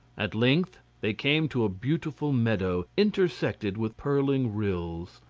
at length they came to a beautiful meadow intersected with purling rills.